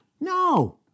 No